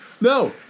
No